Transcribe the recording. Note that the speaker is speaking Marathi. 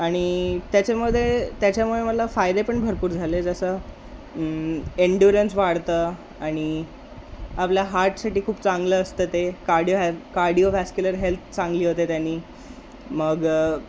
आणि त्याच्यामध्ये त्याच्यामुळे मला फायदे पण भरपूर झाले जसं एंड्युरन्स वाढतं आणि आपल्या हार्टसाठी खूप चांगलं असतं ते कार्डिओ कार्डिओवॅस्क्युलर हेल्थ चांगली होते त्याने मग